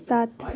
सात